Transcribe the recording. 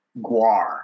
Guar